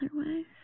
otherwise